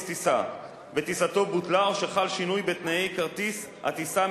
טיסה וטיסתו בוטלה או שחל שינוי בתנאי כרטיס הטיסה,